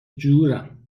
جورم